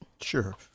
Sure